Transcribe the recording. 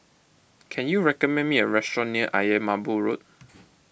can you recommend me a restaurant near Ayer Merbau Road